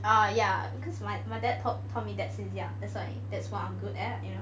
uh ya because my my dad taught me taught me that since young so that's why that's what I'm good at you know